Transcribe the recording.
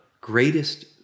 greatest